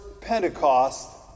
Pentecost